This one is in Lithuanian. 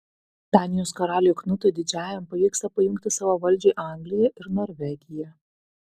danijos karaliui knutui didžiajam pavyksta pajungti savo valdžiai angliją ir norvegiją